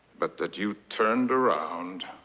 but that you turned around.